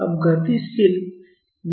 अब गतिशील विश्लेषण परिदृश्य देखते हैं